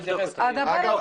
אגב,